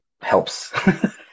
helps